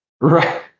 Right